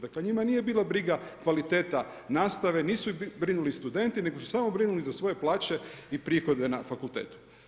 Dakle, njima nije bila briga kvaliteta nastave, nisu oh brinuli studenti nego su samo brinuli za svoje plaće i prihode na fakultetu.